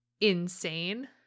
insane